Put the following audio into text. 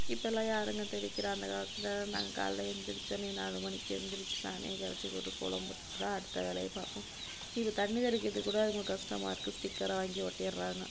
இப்போல்லாம் யாருங்க தெளிக்கிறார் அந்தகாலத்தில் நாங்கள் காலையில் எழுந்திரிச்சோனே நாலு மணிக்கு எழுந்திரிச்சி சாணியை கரைச்சி போட்டு கோலம் போட்டுட்டுதான் அடுத்த வேலைய பார்ப்போம் இப்போ தண்ணிர் தெளிக்கிறதுக்கு கூட அவ்வளோ கஷ்டமா இருக்குது ஸ்டிக்கரை வாங்கி ஓட்டிடறாங்க